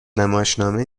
نمایشنامه